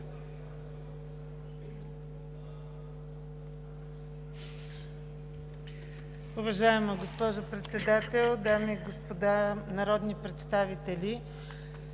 Уважаема госпожо Председател, дами и господа народни представители!